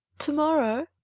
tomorrow,